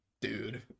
dude